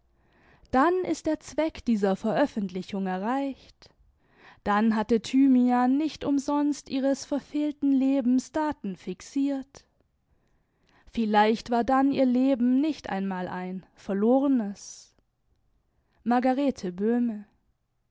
dann ist der zweck dieser veröffentlichung erreicht dann hatte thymian nicht umsonst ihres verfehlten lebens daten fixiert vielleicht war dann ihr leben nicht einmal ein verlorenes margarete böhme